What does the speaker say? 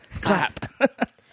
Clap